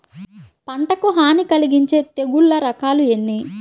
పంటకు హాని కలిగించే తెగుళ్ల రకాలు ఎన్ని?